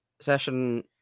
session